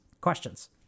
Questions